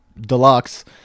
deluxe